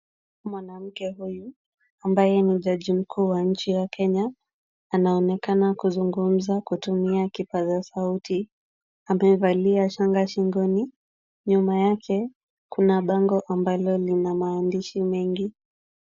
Mwanamke huyu ambaye ni jaji mkuu wa nchi ya Kenya, anaonekana kuzungumza kutumia kipaza sauti. Ameivalia shanga shingoni. Nyuma yake kuna bango ambalo lina maandishi mengi.